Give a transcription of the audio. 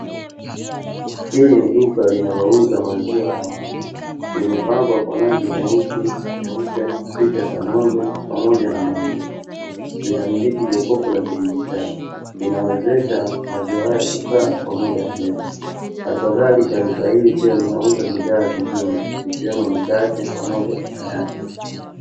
Hili ni duka linalouza maziwa ya ng'ombe, limepambwa na rangi nyeusi, nyeupe, picha za ng'ombe, pamoja na maandishi, linamiliki jokofu la kidigitali, linawezesha maziwa haya kukaa kwa muda mrefu. Halikadhalika duka hili pia linauza bidhaa zingine zikiwemo mikate pamoja na mayai.